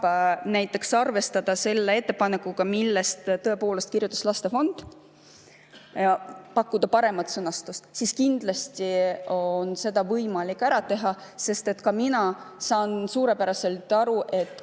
näiteks arvestada selle ettepanekuga, millest tõepoolest kirjutas Lastefond, ja pakkuda paremat sõnastust, siis kindlasti on seda võimalik teha. Sest ka mina saan suurepäraselt aru, et